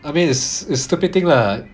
I mean it's it's stupid thing lah